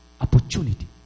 opportunity